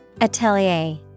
Atelier